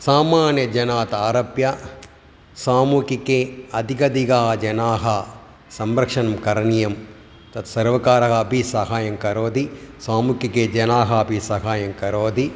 सामान्यजनादारभ्य सामुहिके अधिकाधिकाः जनाः संरक्षणं करणीयं तत्सर्वकारः अपि साहाय्यं करोति सामूहिकजनाः अपि साहाय्यं करोति